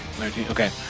Okay